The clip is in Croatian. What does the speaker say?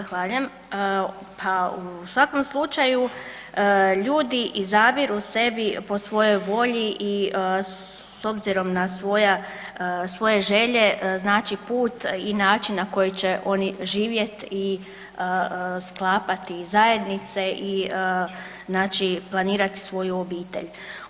Zahvaljujem, Pa u svakom slučaju, ljudi izabiru sebi po svojoj volji i s obzirom na svoje želje, znači put i način na koji će oni živjet i sklapati zajednice i znači planirati svoju obitelj.